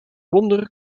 wonder